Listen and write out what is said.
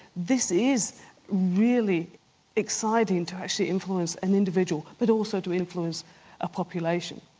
this is really exciting to actually influence an individual, but also to influence a population.